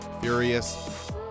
furious